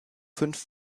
fünf